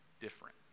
different